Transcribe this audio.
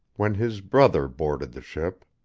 when his brother boarded the ship.